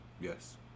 Yes